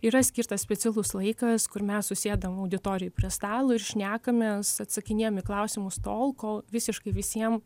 yra skirtas specialus laikas kur mes susėdam auditorijoj prie stalo ir šnekamės atsakinėjam į klausimus tol kol visiškai visiem